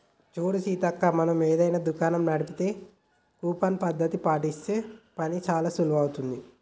చూడు సీతక్క మనం ఏదైనా దుకాణం నడిపితే కూపన్ పద్ధతి పాటిస్తే పని చానా సులువవుతుంది